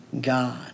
God